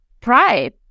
pride